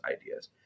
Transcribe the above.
ideas